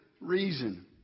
reason